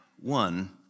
one